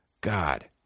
God